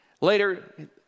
later